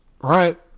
right